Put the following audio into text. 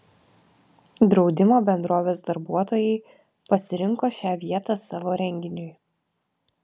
draudimo bendrovės darbuotojai pasirinko šią vietą savo renginiui